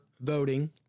voting